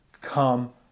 come